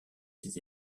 ses